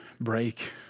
break